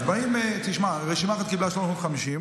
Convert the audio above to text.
אז באים 400. תשמע, רשימה אחת קיבלה 350,